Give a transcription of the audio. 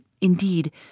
indeed